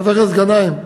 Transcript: חבר הכנסת גנאים,